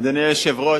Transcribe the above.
אדוני היושב-ראש,